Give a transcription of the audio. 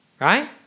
right